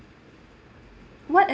what